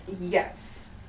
yes